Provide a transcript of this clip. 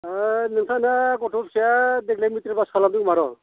नोंथांना गथ' फिसाया देग्लाय मेट्रिक फास खालामना दंमारो